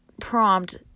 prompt